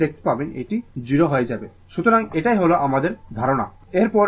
সুতরাং এটাই হল আমাদের ধারণা